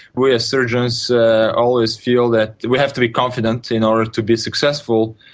we as surgeons always feel that we have to be confident in order to be successful,